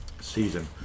season